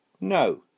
No